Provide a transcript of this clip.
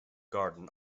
garden